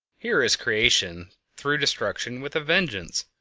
here is creation through destruction with a vengeance!